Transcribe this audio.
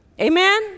amen